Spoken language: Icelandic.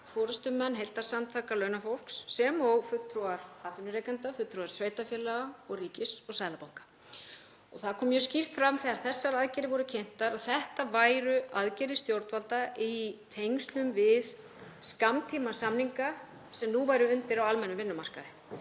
forystumenn heildarsamtaka launafólks sem og fulltrúar atvinnurekenda, fulltrúar sveitarfélaga og ríkis og Seðlabanka. Það kom mjög skýrt fram þegar þessar aðgerðir voru kynntar að þetta væru aðgerðir stjórnvalda í tengslum við skammtímasamninga sem nú væru undir á almennum vinnumarkaði,